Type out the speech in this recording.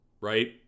Right